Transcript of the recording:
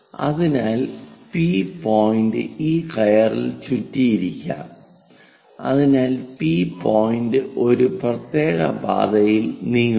അതിനാൽ P point ഈ കയറിൽ ചുറ്റിയിരിക്കാം അതിനാൽ P പോയിന്റ് ഒരു പ്രത്യേക പാതയിൽ നീങ്ങുന്നു